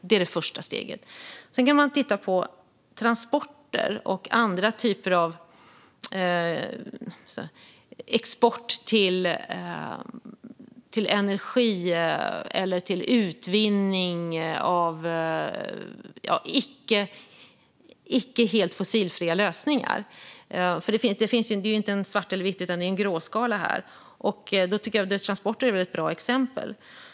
Det är det första steget. Sedan kan man titta på transporter och andra typer av export till lösningar som inte är helt fossilfria. Det är inte svart eller vitt, utan det är en gråskala här. Jag tycker att transporter är ett bra exempel.